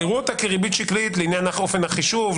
יראו אותה כריבית שקלית לעניין אופן החישוב,